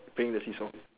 playing the see-saw